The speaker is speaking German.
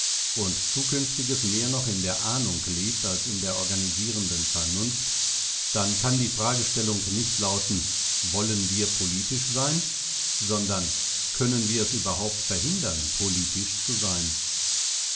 und zukünftiges mehr noch in der ahnung lebt als in der organisierenden vernunft dann kann die fragestellung nicht lauten wollen wir politisch sein sondern können wir es überhaupt verhindern politisch zu sein